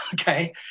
Okay